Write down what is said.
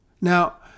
Now